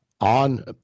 On